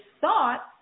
thought